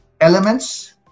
elements